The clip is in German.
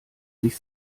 sich